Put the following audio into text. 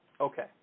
Okay